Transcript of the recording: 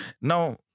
now